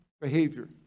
behavior